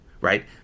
right